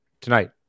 tonight